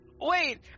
Wait